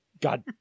god